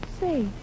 Say